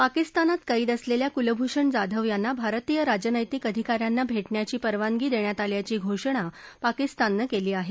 पाकिस्तानात कैद असलेल्या कुलभूषण जाधव यांना भारतीय राजनैतिक अधिका यांना भेटण्याची परवानगी देण्यात आल्याची घोषणा पाकिस्ताननं केली आहे